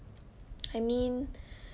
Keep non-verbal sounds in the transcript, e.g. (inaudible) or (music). I mean (breath)